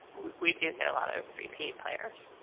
we do get a lot of repeat players.